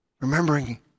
remembering